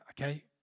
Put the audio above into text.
okay